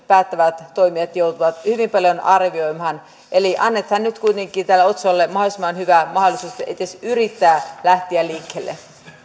päättävät toimijat joutuvat hyvin paljon arvioimaan eli annetaan nyt kuitenkin tälle otsolle mahdollisimman hyvä mahdollisuus edes yrittää lähteä liikkeelle